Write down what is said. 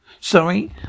sorry